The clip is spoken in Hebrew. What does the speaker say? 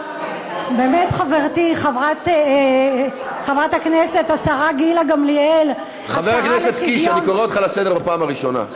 חבר הכנסת חזן, אני קורא אותך לסדר בפעם הראשונה.